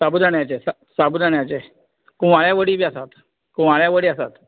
शाबूदाण्याचे सा शाबूदाण्याचे कुवाळ्या वडी बी आसात कुवाळ्या वडी आसात